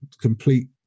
complete